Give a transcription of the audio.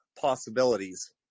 possibilities